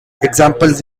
examples